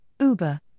Uber